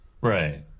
Right